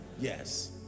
yes